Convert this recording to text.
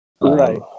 Right